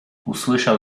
usłyszał